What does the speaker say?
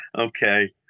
okay